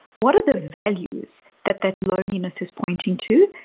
what are the values that that loneliness is pointing to?